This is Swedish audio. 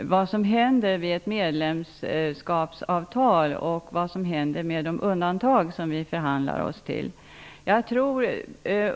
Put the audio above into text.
vad som händer vid ett medlemskapsavtal och vad som händer med de undantag som vi förhandlar oss till.